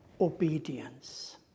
obedience